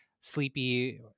sleepy